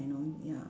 you know ya